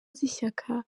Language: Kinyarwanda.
z’ishyaka